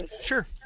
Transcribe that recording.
Sure